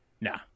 Nah